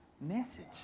message